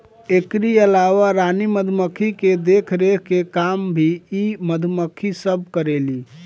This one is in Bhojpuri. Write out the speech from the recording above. एकरी अलावा रानी मधुमक्खी के देखरेख के काम भी इ मधुमक्खी सब करेली